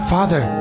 Father